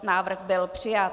Návrh byl přijat.